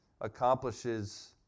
accomplishes